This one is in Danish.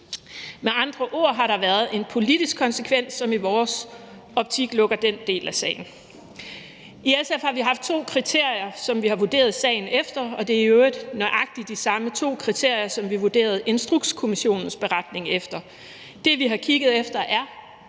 Med andre ord har der været en politisk konsekvens, som i vores optik lukker den del af sagen. I SF har vi haft to kriterier, som vi har vurderet sagen efter, og det er i øvrigt nøjagtig de samme to kriterier, som vi vurderede Instrukskommissionens beretning efter. Det, vi har kigget efter, er,